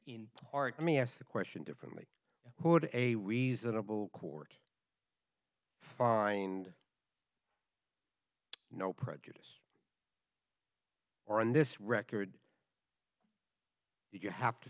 in part me asked the question differently what a reasonable court find no prejudice or in this record you have to